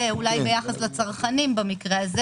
ברשותכם, אני רוצה לפתוח את הדיון.